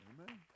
Amen